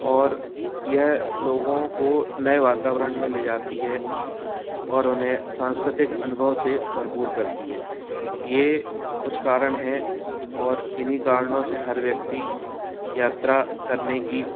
और यह लोगों को नए वातावरण में ले जाती है और उन्हें सांस्कृतिक अनुभव से भरपूर करती है ये कुछ कारण हैं और इन्हीं कारणों से हर व्यक्ति यात्रा करने की